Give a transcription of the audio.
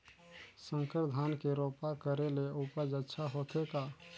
संकर धान के रोपा करे ले उपज अच्छा होथे का?